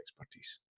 expertise